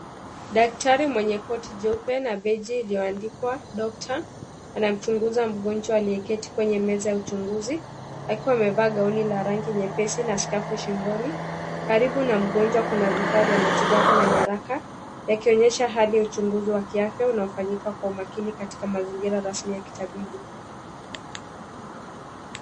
Daktari mwenye koti jeupe na beji iliyoandikwa doctor anamchunguza mgonjwa aliyeketi kwenye meza ya uchunguzi akiwa amevaa gauni la rangi nyepesi na skafu shingoni. Karibu na mgonjwa kuna vifaa vya matibabu na nyaraka yakionyesha hali ya uchunguzi wa kiafya unaofanyika kwa umakini katika mazingira rasmi ya kitabibu.